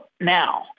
now